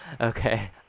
Okay